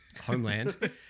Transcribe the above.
homeland